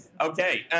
Okay